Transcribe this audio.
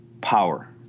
power